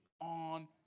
on